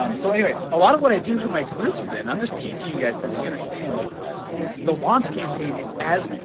um so anyways, a lot of what i do for my groups then i'm just teaching you guys this, you understand like the launch campaign is as,